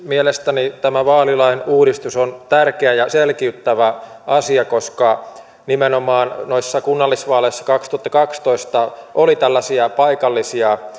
mielestäni tämä vaalilain uudistus on tärkeä ja selkiyttävä asia koska nimenomaan kunnallisvaaleissa kaksituhattakaksitoista oli paikallisia